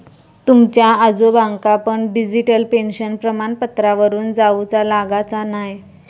तुमच्या आजोबांका पण डिजिटल पेन्शन प्रमाणपत्रावरून जाउचा लागाचा न्हाय